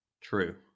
True